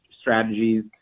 strategies